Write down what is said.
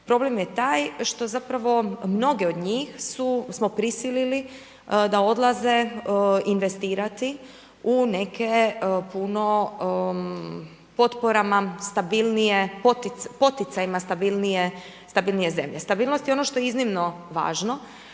Problem je taj što zapravo mnoge od njih smo prisilili da odlaze investirati u neke puno potporama stabilnije, poticajima stabilnije zemlje. Stabilnost je ono što je iznimno važno.